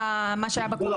לא,